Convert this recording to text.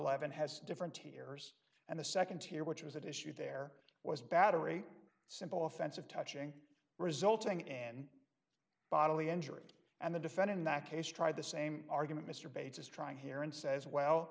eleven has different tiers and the nd tier which was at issue there was battery simple offensive touching resulting in bodily injury and the defend in that case tried the same argument mr bates is trying here and says well